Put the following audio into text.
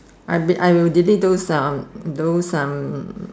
I be I will delete those uh those um